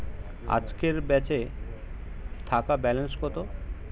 আজকের বেচে থাকা ব্যালেন্স কত?